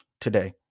today